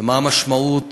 ומה המשמעות